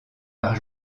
par